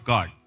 God